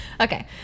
Okay